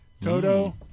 Toto